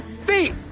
Feet